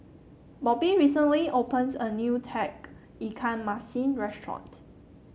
Bobbye recently opened a new Tauge Ikan Masin restaurant